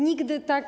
Nigdy tak.